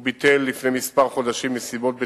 הוא ביטל לפני כמה חודשים, מסיבות בטיחותיות,